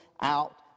out